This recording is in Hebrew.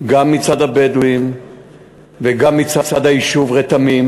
גם מצד הבדואים וגם מצד היישוב רתמים,